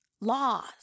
Laws